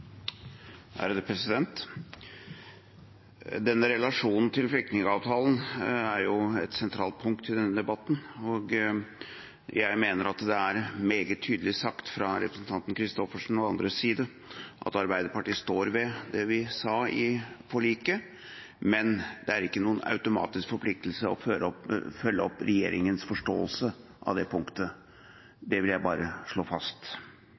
et sentralt punkt i denne debatten, og jeg mener at det er meget tydelig sagt fra representanten Christoffersen og andres side at Arbeiderpartiet står ved det vi sa i forliket. Men det er ikke noen automatisk forpliktelse å følge opp regjeringens forståelse av det punktet – det vil jeg bare slå fast.